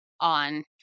on